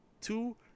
two